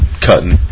cutting